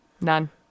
None